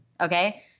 okay